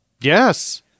Yes